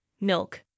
milk